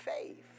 faith